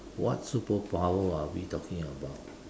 what superpower are we talking about